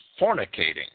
fornicating